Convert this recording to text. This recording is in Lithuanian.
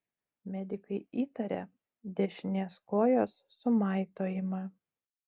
medikai įtarė dešinės kojos sumaitojimą